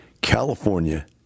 California